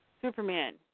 Superman